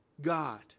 God